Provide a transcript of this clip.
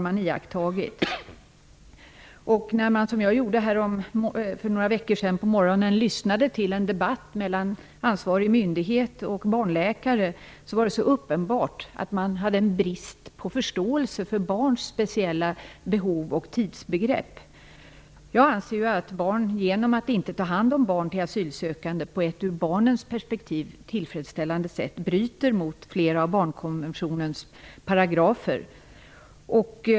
Jag lyssnade för några veckor sedan till en debatt mellan ansvarig myndighet och barnläkare, och det var uppenbart att det fanns en brist på förståelse för barns speciella behov och tidsbegrepp. Genom att man inte tar hand om barn till asylsökande på ett ur barnens perspektiv tillfredsställande sätt, anser jag att man bryter mot flera av barnkonventionens paragrafer.